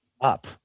up